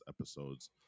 episodes